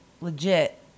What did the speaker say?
Legit